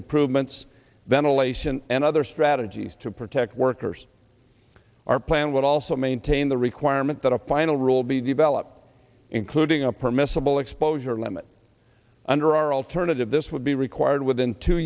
improvements ventilation and other strategies to protect workers our plan would also maintain the requirement that a final rule be developed including a permissible exposure limit under our alternative this would be required within two